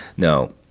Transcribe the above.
No